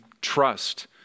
trust